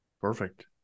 Perfect